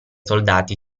soldati